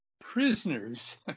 Prisoners